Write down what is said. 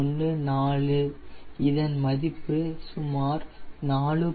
14 இதன் மதிப்பு சுமார் 4